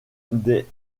des